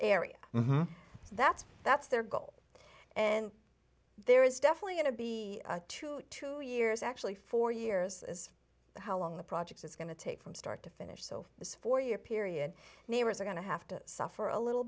area that's that's their goal and there is definitely going to be a twenty two years actually four years is how long the project is going to take from start to finish so this four year period neighbors are going to have to suffer a little